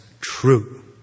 true